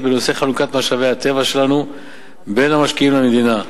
בנושא חלוקת משאבי הטבע שלנו בין המשקיעים למדינה.